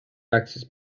access